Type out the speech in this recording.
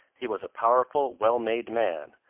he was a powerful, well-made man,